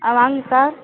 ஆ வாங்க சார்